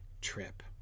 trip